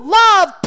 love